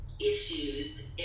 issues